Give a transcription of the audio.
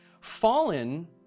Fallen